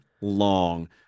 long